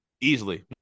Easily